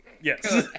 yes